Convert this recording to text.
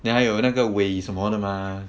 then 还有那个 wei 什么的吗